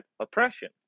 oppression